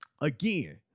Again